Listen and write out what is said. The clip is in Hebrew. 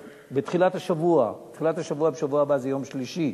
בתחילת השבוע, תחילת השבוע בשבוע הבא זה יום שלישי